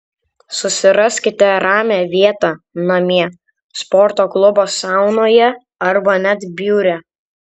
susiraskite ramią vietą namie sporto klubo saunoje arba net biure